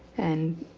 and